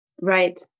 right